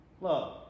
Love